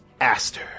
Aster